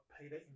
Peter